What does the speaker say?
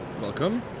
Welcome